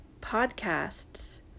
podcasts